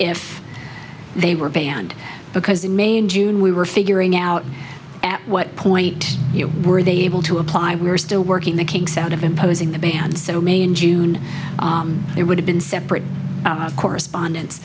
if they were banned because in may and june we were figuring out at what point you were they able to apply we are still working the kinks out of imposing the ban so may in june it would have been separate correspondence